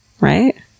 Right